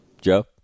Joe